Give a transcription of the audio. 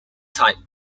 type